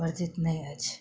वर्जित नहि अछि